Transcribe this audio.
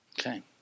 Okay